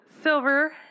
silver